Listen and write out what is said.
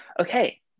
okay